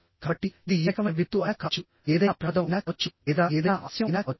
కాబట్టిఇదిఏ రకమైన విపత్తు అయినా కావచ్చుఏదైనా ప్రమాదం అయినా కావచ్చు లేదా ఏదైనా ఆలస్యం అయినా కావచ్చు